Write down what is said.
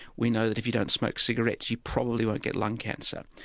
we know that if you don't smoke cigarettes you probably won't get lung cancer,